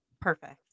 perfect